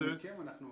מכם.